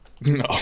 No